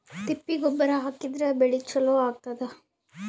ತಿಪ್ಪಿ ಗೊಬ್ಬರ ಹಾಕಿದ್ರ ಬೆಳಿ ಚಲೋ ಆಗತದ?